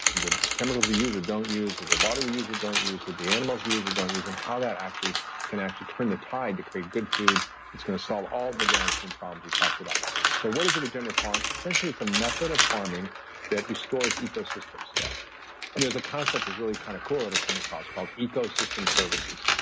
the chemicals we use or don't use, with the water we use or don't use with the animals we use or don't use, and how that can actually turn the tide to create good food that's going to solve all the downstream problems we talked about so, what is a regenerative farm? essentially, it's a method of farming that restores ecosystems. yeah there's a concept that's really kind of cool that i came across called ecosystem services.